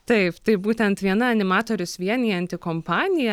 taip taip būtent viena animatorius vienijanti kompanija